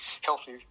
healthy